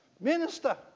Minister